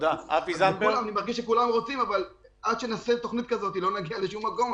אני מרגיש שכולם רוצים אבל עד שנעשה תכנית כזאת לא נגיע לשום מקום.